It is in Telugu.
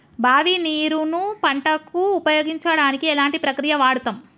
బావి నీరు ను పంట కు ఉపయోగించడానికి ఎలాంటి ప్రక్రియ వాడుతం?